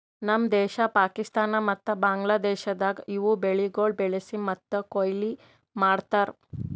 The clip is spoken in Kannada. ನಮ್ ದೇಶ, ಪಾಕಿಸ್ತಾನ ಮತ್ತ ಬಾಂಗ್ಲಾದೇಶದಾಗ್ ಇವು ಬೆಳಿಗೊಳ್ ಬೆಳಿಸಿ ಮತ್ತ ಕೊಯ್ಲಿ ಮಾಡ್ತಾರ್